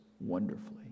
wonderfully